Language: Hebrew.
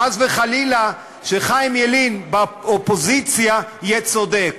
חס וחלילה, שחיים ילין באופוזיציה יהיה צודק.